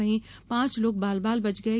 वहीं पांच लोग बाल बाल बच गये